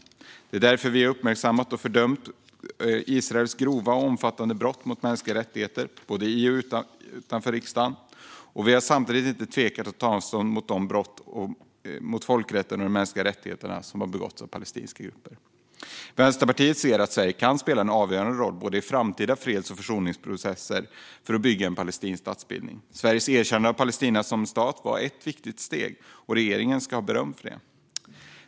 Det är därför som vi både i och utanför riksdagen har uppmärksammat och fördömt Israels grova och omfattande brott mot mänskliga rättigheter. Vi har samtidigt inte tvekat att ta avstånd från de brott mot folkrätten och de mänskliga rättigheterna som har begåtts av palestinska grupper. Vänsterpartiet ser att Sverige kan spela en avgörande roll både för en framtida freds och försoningsprocess och för att bygga en palestinsk statsbildning. Sveriges erkännande av Palestina som stat var ett viktigt steg, och regeringen ska ha beröm för det.